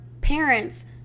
parents